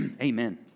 amen